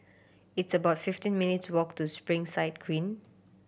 it's about fifteen minutes' walk to Springside Green